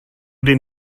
den